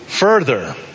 Further